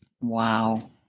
Wow